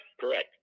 Correct